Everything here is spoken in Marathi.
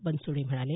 बनसोडे म्हणाले